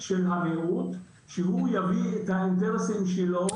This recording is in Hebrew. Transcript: של הנראות שהוא יביא את האינטרסים שלו,